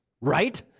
Right